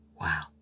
Wow